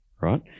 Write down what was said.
right